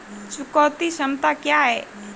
चुकौती क्षमता क्या है?